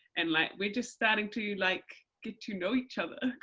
and like we're just starting to like, get to know each other,